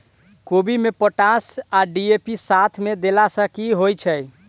कोबी मे पोटाश आ डी.ए.पी साथ मे देला सऽ की होइ छै?